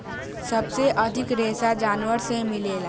सबसे अधिक रेशा जानवर से मिलेला